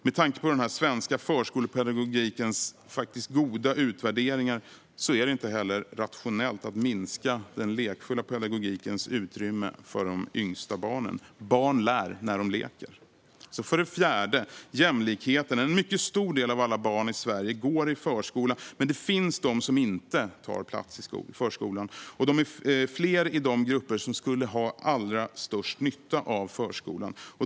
Med tanke på den svenska förskolepedagogikens goda utvärderingar är det inte heller rationellt att minska den lekfulla pedagogikens utrymme för de yngsta barnen. Barn lär när de leker. För det fjärde handlar det om jämlikheten. En mycket stor del av alla barn i Sverige går i förskola. Men det finns de som inte tar plats i förskolan, och de är fler i de grupper som skulle ha allra störst nytta av förskolan.